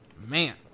Man